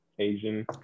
Asian